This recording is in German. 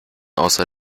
außer